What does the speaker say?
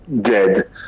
dead